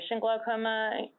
glaucoma